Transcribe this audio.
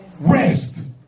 Rest